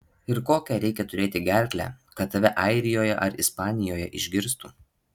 ir kokią reikia turėti gerklę kad tave airijoje ar ispanijoje išgirstų